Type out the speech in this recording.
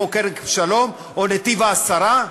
כמו כרם-שלום או נתיב-העשרה,